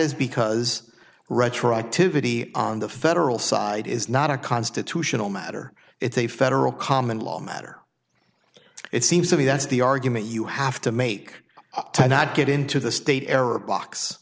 is because retroactivity on the federal side is not a constitutional matter it's a federal common law matter it seems to me that's the argument you have to make to not get into the state error box